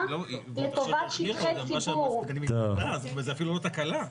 לטובת שטחי ציבור -- זו אפילו לא תקלה,